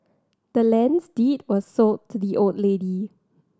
the land's deed was sold to the old lady